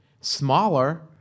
smaller